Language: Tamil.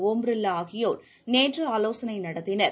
ஒம் பிர்லா ஆகியோர் நேற்று ஆலோசனை நடத்தினர்